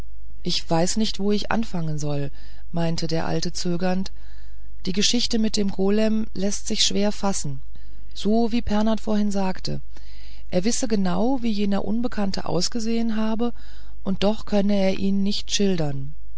ich weiß nicht wo ich anfangen soll meinte der alte zögernd die geschichte mit dem golem läßt sich schwer fassen so wie pernath vorhin sagte er wisse genau wie jener unbekannte ausgesehen habe und doch könne er ihn nicht schildern